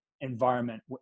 environment